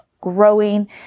growing